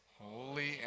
holy